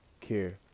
care